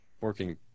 working